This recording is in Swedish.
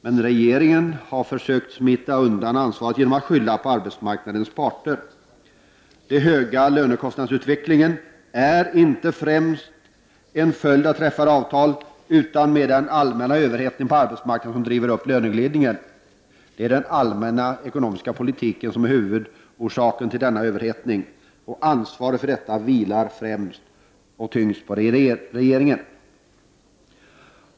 Men regeringen har försökt smita undan ansvaret genom att skylla på arbetsmarknadens parter. Den starka lönekostnadsutvecklingen är inte främst en följd av träffade avtal, utan en följd av den allmänna överhettningen på arbetsmarknaden som driver på löneglidningen. Det är den allmänna ekonomiska politiken som är huvudorsaken till denna överhettning. Ansvaret för detta vilar främst och tyngst på regeringen.